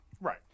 Right